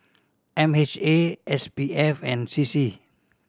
M H A S P F and C C